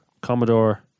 Commodore